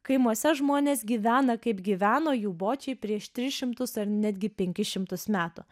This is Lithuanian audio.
kaimuose žmonės gyvena kaip gyveno jų bočiai prieš tris šimtus ar netgi penkis šimtus metų